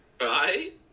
Right